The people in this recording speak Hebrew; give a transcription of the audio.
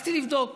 הלכתי לבדוק.